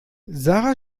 sara